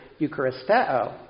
eucharisteo